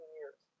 years